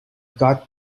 got